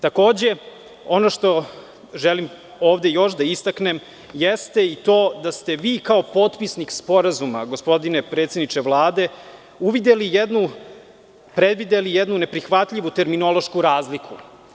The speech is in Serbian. Takođe, ono što želim ovde još da istaknem jeste i to da ste vi kao potpisnik Sporazuma, gospodine predsedniče Vlade, predvideli jednu neprihvatljivu terminološku razliku.